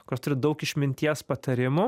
kas turi daug išminties patarimų